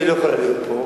אם היא לא יכולה להיות פה,